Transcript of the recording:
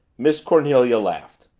miss cornelia laughed.